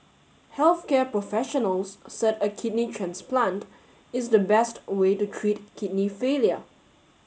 health care professionals said a kidney transplant is the best way to treat kidney failure